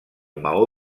maó